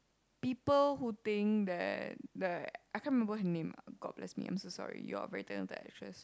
people who think that that I can't remember her name [oh]-my-god bless me I'm so sorry you all are very talented actress